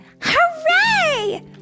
Hooray